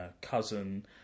cousin